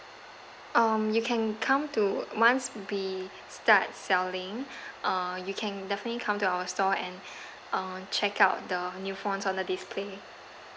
um you can come to once we start selling uh you can definitely come to our store and uh check out the new phones on the display